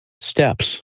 Steps